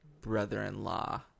brother-in-law